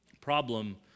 problem